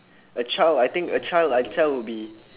a child I think a child a child would be